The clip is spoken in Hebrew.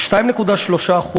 ה-2.3%: